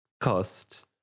cost